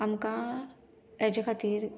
आमकां हेजे खातीर